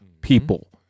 people